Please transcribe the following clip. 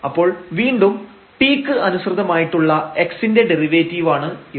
അപ്പോൾ വീണ്ടും t ക്ക് അനുസൃതമായിട്ടുള്ള x ന്റെ ഡെറിവേറ്റീവാണ് ഇത്